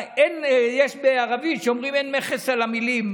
יש פתגם בערבית שאומר: אין מכס על המילים.